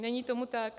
Není tomu tak.